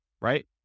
right